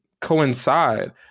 coincide